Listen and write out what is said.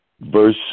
Verse